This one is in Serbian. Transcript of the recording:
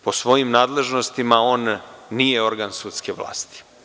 Po svojim nadležnostima on nije organ sudske vlasti.